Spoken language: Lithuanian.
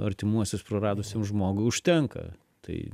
artimuosius praradusiam žmogui užtenka tai